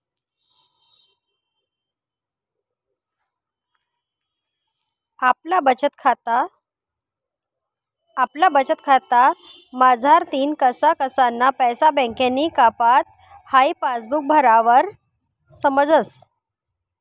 आपला बचतखाता मझारतीन कसा कसाना पैसा बँकनी कापात हाई पासबुक भरावर समजस